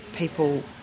people